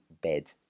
bed